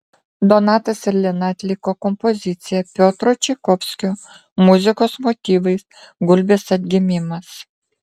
donatas ir lina atliko kompoziciją piotro čaikovskio muzikos motyvais gulbės atgimimas